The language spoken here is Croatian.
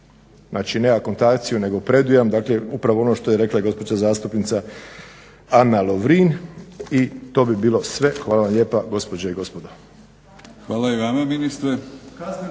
znači ne akontaciju nego predujam upravo ono što je rekla gospođa zastupnica Ana Lovrin. I to bi bilo sve gospođe i gospodo.